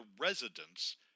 residents